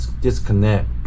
disconnect